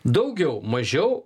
daugiau mažiau